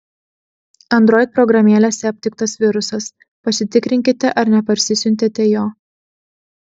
android programėlėse aptiktas virusas pasitikrinkite ar neparsisiuntėte jo